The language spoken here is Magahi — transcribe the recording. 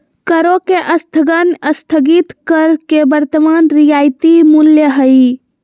करों के स्थगन स्थगित कर के वर्तमान रियायती मूल्य हइ